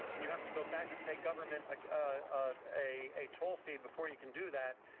and you have to go back and pay government a toll fee before you can do that,